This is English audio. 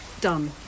Done